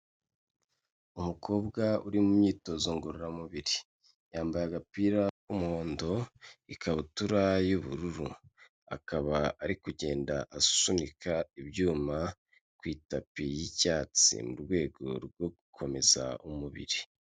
Umukobwa uri mu myitozo ngororamubiri, yambaye agapira k'umuhondo, ikabutura y'ubururu. Akaba ari kugenda asunika ibyuma ku itapi y'icyatsi mu rwego rwo gukomeza umubiri.